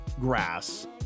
grass